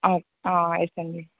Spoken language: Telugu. యెస్ అండి